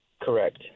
Correct